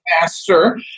master